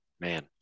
Man